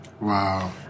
Wow